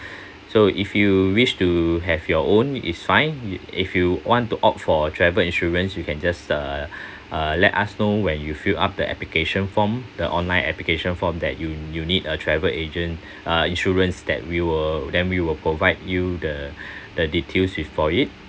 so if you wish to have your own it's fine if you want to opt for travel insurance you can just uh uh let us know where you fill up the application form the online application form that you you need a travel agent uh insurance that we will then we will provide you the the details with for it